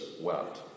wept